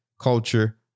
culture